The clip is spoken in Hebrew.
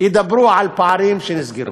ידברו על פערים שנסגרו.